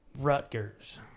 Rutgers